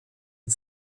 und